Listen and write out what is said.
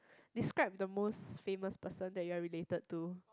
describe the most famous person that you are related to